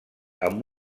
amb